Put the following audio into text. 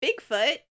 Bigfoot